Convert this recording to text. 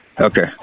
okay